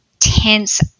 tense